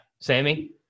Sammy